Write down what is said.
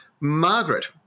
Margaret